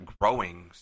growing